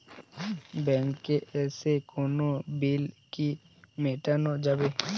ব্যাংকে এসে কোনো বিল কি মেটানো যাবে?